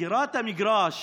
סגירת המגרש